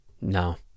No